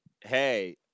hey